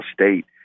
state